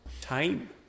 time